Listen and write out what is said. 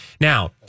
Now